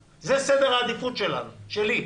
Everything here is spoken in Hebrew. זה מה שאנחנו רוצים פה, זה סדר העדיפות שלנו, שלי.